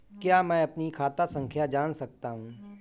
क्या मैं अपनी खाता संख्या जान सकता हूँ?